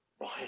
right